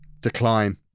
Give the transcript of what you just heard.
Decline